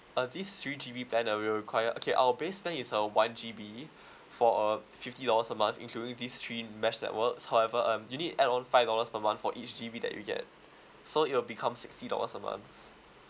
uh this three G_B plan uh we will require okay our base plan is a one G_B for uh fifty dollars a month including these three mesh networks however um you need to add on five dollars per month for each G_B that you get so it will become sixty dollars a month